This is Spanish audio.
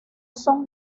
son